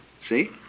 See